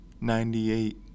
Ninety-eight